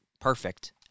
perfect